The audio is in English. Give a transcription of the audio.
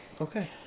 Okay